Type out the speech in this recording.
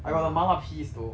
I got the mala peas though